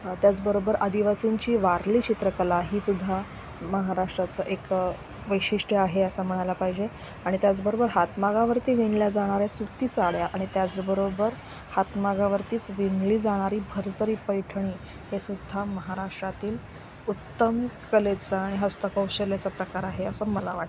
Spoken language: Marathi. त्याचबरोबर आदिवासींची वारली चित्रकला ही सुद्धा महाराष्ट्राचं एक वैशिष्ट्य आहे असं म्हणायला पाहिजे आणि त्याचबरोबर हातमागावरती विणल्या जाणाऱ्या सुती साड्या आणि त्याचबरोबर हातमागा वरतीच विणली जाणारी भरजरी पैठणी हे स सुद्धा महाराष्ट्रातील उत्तम कलेचं आणि हस्तकौशल्याचा प्रकार आहे असं मला वाटतं